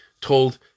told